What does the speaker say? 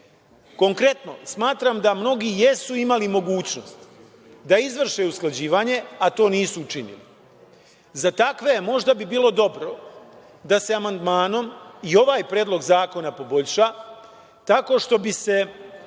obaveze. Konkretno, smatram da mnogi jesu imali mogućnost da izvrše usklađivanje, a to nisu učinili. Za takve možda bi bilo dobro da se amandmanom i ovaj predlog zakona poboljša tako što bi se